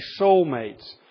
soulmates